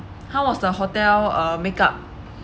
how was the hotel uh make up